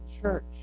church